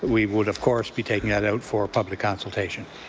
we would, of course, be taking that out for public consultation.